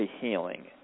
Healing